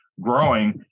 growing